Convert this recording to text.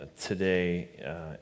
today